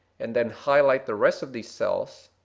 and then highlight the rest of these cells,